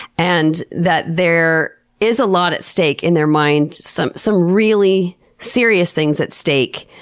and that there is a lot at stake in their mind, some some really serious things at stake,